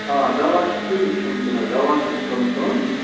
آ دوا چھُ سُے کھٮ۪ون فِلحال دوا چھِنہٕ کَرُن بَنٛد